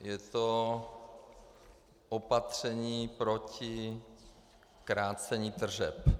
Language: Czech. Je to opatření proti krácení tržeb.